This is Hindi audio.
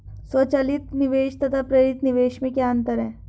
स्वचालित निवेश तथा प्रेरित निवेश में क्या अंतर है?